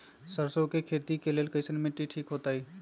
सरसों के खेती के लेल कईसन मिट्टी ठीक हो ताई?